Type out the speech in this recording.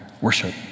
Worship